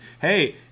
hey